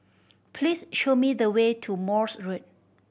please show me the way to Morse Road